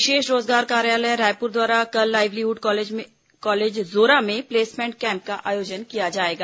विशेष रोजगार कार्यालय रायपुर द्वारा कल लाईवलीहुड कॉलेज जोरा में प्लेसमेंट कैम्प का आयोजन किया जाएगा